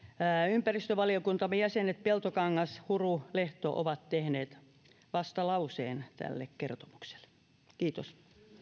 ympäristövaliokunnan jäsenet peltokangas huru ja lehto ovat tehneet vastalauseen tälle kertomukselle kiitos